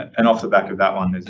and off the back of that one, there's